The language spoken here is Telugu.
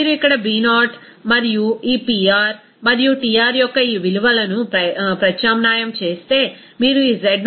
మీరు ఇక్కడ B0 మరియు ఈ Pr మరియు Tr యొక్క ఈ విలువను ప్రత్యామ్నాయం చేస్తే మీరు ఈ z0 విలువను 0